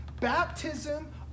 Baptism